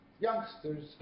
Youngsters